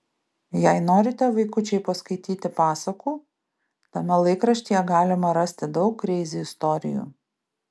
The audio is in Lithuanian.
jei norite vaikučiai paskaityti pasakų tame laikraštyje galima rasti daug kreizi istorijų